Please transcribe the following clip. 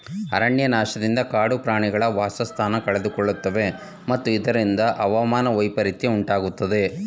ಅರಣ್ಯನಾಶದಿಂದ ಕಾಡು ಪ್ರಾಣಿಗಳು ವಾಸಸ್ಥಾನ ಕಳೆದುಕೊಳ್ಳುತ್ತವೆ ಮತ್ತು ಇದರಿಂದ ಹವಾಮಾನ ವೈಪರಿತ್ಯ ಉಂಟಾಗುತ್ತದೆ